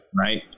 Right